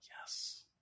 Yes